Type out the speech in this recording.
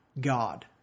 God